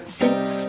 sits